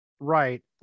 Right